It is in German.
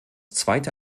zweite